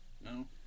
No